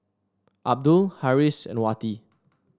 Abdul Harris and Wati